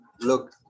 look